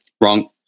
Wrong